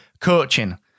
coaching